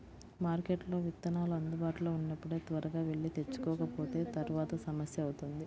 మార్కెట్లో విత్తనాలు అందుబాటులో ఉన్నప్పుడే త్వరగా వెళ్లి తెచ్చుకోకపోతే తర్వాత సమస్య అవుతుంది